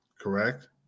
correct